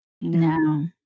no